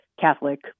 Catholic